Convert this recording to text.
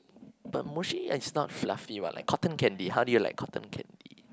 but mushy actually not fluffy what like cotton candy how do you like cotton candy